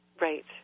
right